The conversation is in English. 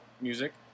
music